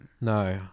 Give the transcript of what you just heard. No